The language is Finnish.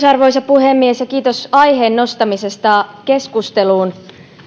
arvoisa puhemies kiitos aiheen nostamisesta keskusteluun